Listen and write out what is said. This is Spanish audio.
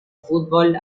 fútbol